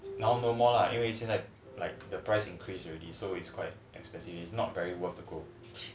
now no more lah 因为现在 like the price increase already so it's quite expensive it's not very worth to go